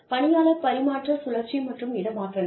பணியாளர் பரிமாற்ற சுழற்சி மற்றும் இடமாற்றங்கள்